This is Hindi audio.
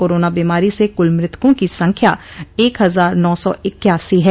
कोरोना बीमारी से कुल मृतकों की संख्या एक हजार नौ सौ इक्यासी है